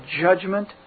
judgment